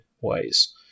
ways